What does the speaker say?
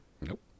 Nope